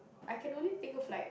I can only think of like